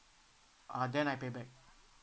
uh then I pay back